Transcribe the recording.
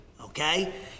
Okay